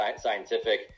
scientific